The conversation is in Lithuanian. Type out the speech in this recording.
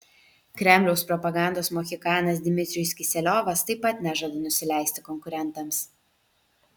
kremliaus propagandos mohikanas dmitrijus kiseliovas taip pat nežada nusileisti konkurentams